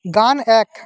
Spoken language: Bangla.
গান এক